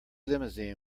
limousine